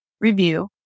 Review